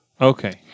okay